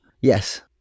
Yes